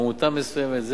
לעמותה מסוימת.